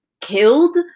killed